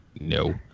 No